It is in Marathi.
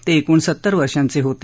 ते एकोणसत्तर वर्षांचे होते